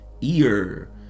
ear